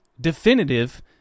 definitive